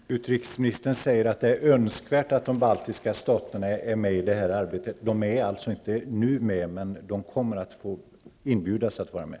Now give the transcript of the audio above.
Fru talman! Utrikesministern säger att det är önskvärt att de baltiska staterna är med i detta arbete. Är det alltså så att de inte är med nu men kommer att inbjudas att vara med?